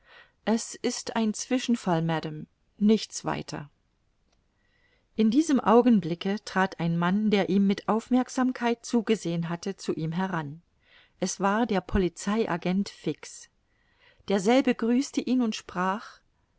es ist ein zwischenfall madame nichts weiter in diesem augenblicke trat ein mann der ihm mit aufmerksamkeit zugesehen hatte zu ihm heran es war der polizei agent fix derselbe grüßte ihn und sprach